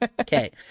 Okay